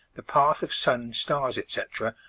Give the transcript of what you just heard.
the path of sun, stars, etc,